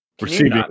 Receiving